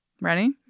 Ready